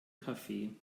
kaffee